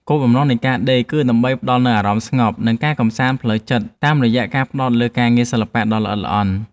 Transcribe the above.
គោលបំណងនៃការដេរគឺដើម្បីផ្ដល់នូវអារម្មណ៍ស្ងប់ និងការកម្សាន្តផ្លូវចិត្តតាមរយៈការផ្ដោតលើការងារសិល្បៈដ៏ល្អិតល្អន់។